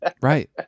right